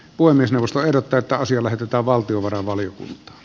puhemiesneuvosto ehdottaa että asia lähetetään valtiovarainvaliokunta